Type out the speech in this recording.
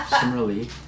similarly